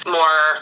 more